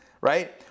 right